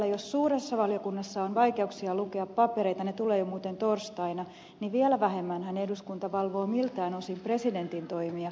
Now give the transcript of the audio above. jos suuressa valiokunnassa on vaikeuksia lukea papereita ne tulevat muuten jo torstaina niin vielä vähemmänhän eduskunta valvoo miltään osin presidentin toimia